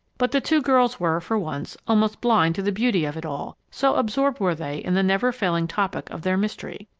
but the two girls were, for once, almost blind to the beauty of it all, so absorbed were they in the never-failing topic of their mystery.